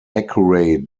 accurate